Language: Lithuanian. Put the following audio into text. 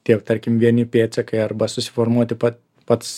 tiek tarkim vieni pėdsakai arba susiformuoti pat pats